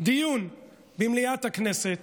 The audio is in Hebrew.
דיון במליאת הכנסת,